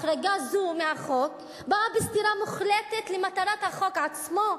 החרגה זו מהחוק באה בסתירה מוחלטת למטרת החוק עצמו.